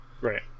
Right